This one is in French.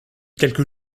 quelques